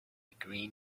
green